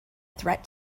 threat